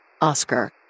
Oscar